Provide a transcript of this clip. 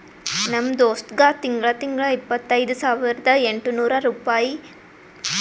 ನಮ್ ದೋಸ್ತ್ಗಾ ತಿಂಗಳಾ ತಿಂಗಳಾ ಇಪ್ಪತೈದ ಸಾವಿರದ ಎಂಟ ನೂರ್ ರುಪಾಯಿ ಪಗಾರ ಬರ್ತುದ್